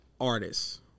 artists